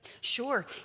Sure